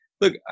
look